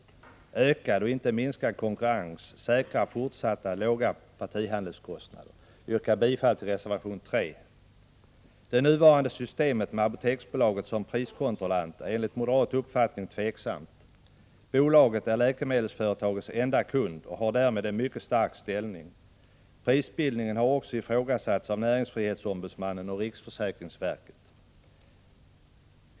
Ökad och inte minskad konkurrens säkrar fortsatta låga partihandelskostnader. Jag yrkar bifall till reservation 3. Det nuvarande systemet med Apoteksbolaget som priskontrollant är enligt moderat uppfattning tveksam. Bolaget är läkemedelsföretagens enda kund och har därmed en mycket stark ställning. Prisbildningen har också ifrågasatts av näringsfrihetsombudsmannen och riksförsäkringsverket.